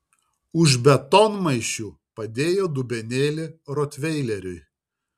už betonmaišių padėjo dubenėlį rotveileriui